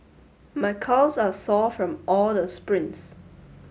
my calves are sore from all the sprints